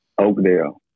Oakdale